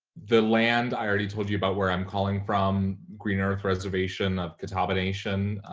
the land, i already told you about where i'm calling from, green earth reservation of catawba nation,